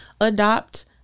adopt